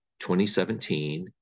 2017